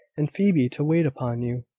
and phoebe to wait upon you,